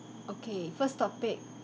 okay first topic